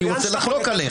ואני רוצה לחלוק עליך.